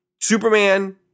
Superman